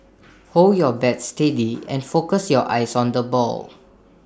hold your bat steady and focus your eyes on the ball